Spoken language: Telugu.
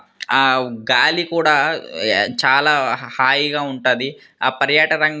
ఆ గాలి కూడా చాలా హాయిగా ఉంటుంది ఆ పర్యాటరంగం